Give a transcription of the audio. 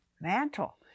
mantle